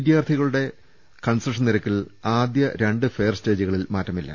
വിദ്യാർത്ഥികളുടെ കൺസഷൻ നിരക്കിൽ ആദ്യ രണ്ടു ഫെയർസ്റ്റേജുകളിൽ മാറ്റമില്ല